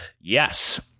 Yes